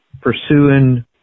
pursuing